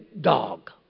dog